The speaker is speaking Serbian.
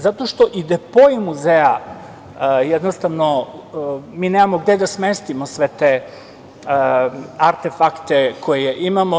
Zato što i depoi muzeja, jednostavno mi nemamo gde da smestimo sve te arte-fakte koje imamo.